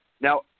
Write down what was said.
Now